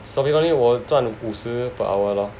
so we only 我赚五十 per hour lor